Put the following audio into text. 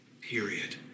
period